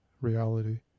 reality